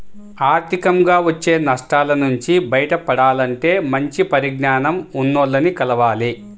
ఆర్థికంగా వచ్చే నష్టాల నుంచి బయటపడాలంటే మంచి పరిజ్ఞానం ఉన్నోల్లని కలవాలి